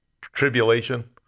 tribulation